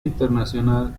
internacional